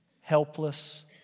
helpless